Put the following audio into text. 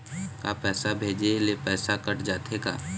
का पैसा भेजे ले पैसा कट जाथे का?